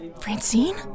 Francine